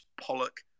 Pollock